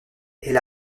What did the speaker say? elle